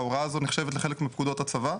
ההוראה הזו נחשבת לחלק מפקודות הצבא,